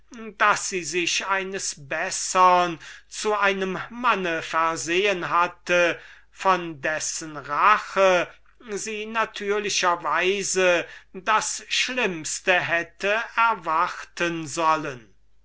da sie sich eines bessern zu einem manne versehen hatte von dessen rache sie natürlicher weise das schlimmste hätte erwarten sollen